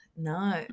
no